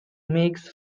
makes